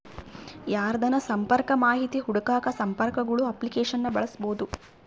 ಯಾರ್ದನ ಸಂಪರ್ಕ ಮಾಹಿತಿ ಹುಡುಕಾಕ ಸಂಪರ್ಕಗುಳ ಅಪ್ಲಿಕೇಶನ್ನ ಬಳಸ್ಬೋದು